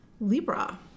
libra